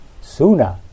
sooner